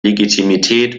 legitimität